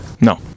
No